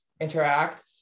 interact